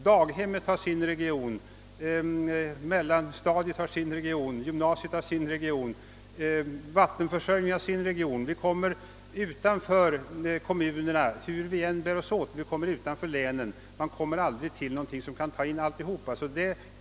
Daghemmet har sin re gion, mellanstadiet sin, gymnasiet sin, vattenförsörjningen sin, o.s.v. Hur vi än bär oss åt, kommer vi i vissa fall utanför kommunerna eller länen. Ingen region kan ansvara för alla uppgifter.